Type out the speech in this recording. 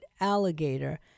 alligator